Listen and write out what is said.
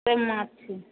सब माछ छै